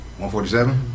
147